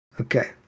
Okay